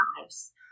lives